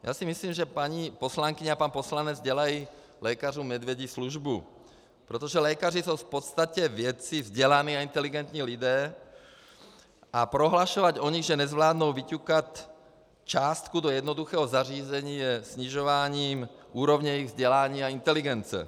Já si myslím, že paní poslankyně a pan poslanec dělají lékařům medvědí službu, protože lékaři jsou v podstatě vědci, vzdělaní a inteligentní lidé a prohlašovat o nich, že nezvládnou vyťukat částku do jednoduchého zařízení, je snižováním úrovně jejich vzdělání a inteligence.